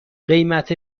قیمت